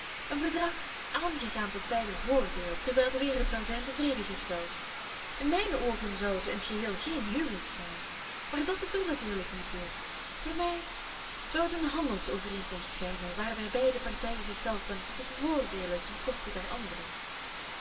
een verdrag aangegaan tot beider voordeel terwijl de wereld zou zijn tevredengesteld in mijn oogen zou het in t geheel geen huwelijk zijn maar dat doet er natuurlijk niet toe voor mij zou het een handelsovereenkomst schijnen waarbij beide partijen zichzelf wenschten te bevoordeelen ten koste der andere